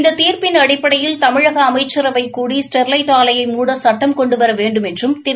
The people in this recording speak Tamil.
இந்த தீர்ப்பின் அடிப்படையில் தமிழக அமைச்சரவை கூடி ஸ்டெர்வைட் ஆலையை மூட சுட்டம் கொண்டுவர வேண்டும் என்றும் திரு